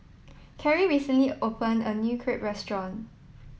Kerrie recently opened a new Crepe restaurant